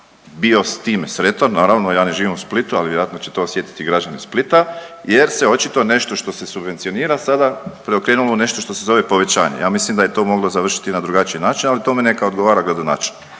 bio s tim sretan. Naravno ja ne živim u Splitu, ali vjerojatno će to osjetiti građani Splita jer se očito nešto što se subvencionira sada preokrenulo u nešto što se zove povećanje. Ja mislim da je to moglo završiti na drugačiji način, ali o tome neka odgovara gradonačelnik.